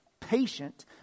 Patient